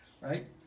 right